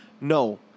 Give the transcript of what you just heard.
No